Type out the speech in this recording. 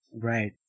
Right